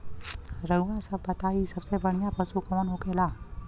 रउआ सभ बताई सबसे बढ़ियां पशु कवन होखेला?